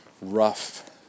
rough